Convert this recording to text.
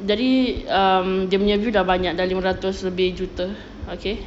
jadi um dia punya view dah banyak dah lima ratus lebih juta okay